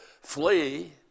flee